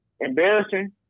embarrassing